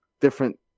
different